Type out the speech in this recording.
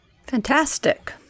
fantastic